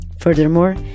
Furthermore